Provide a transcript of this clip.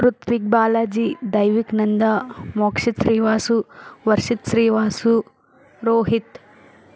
Ruthvik Balaji Daivik Nanda Mokshith Sri Vasu Varshith Sri Vasu Rohit